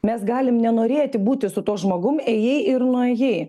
mes galim nenorėti būti su tuo žmogum ėjai ir nuėjai